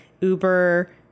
Uber